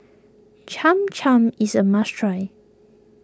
Cham Cham is a must try